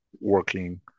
working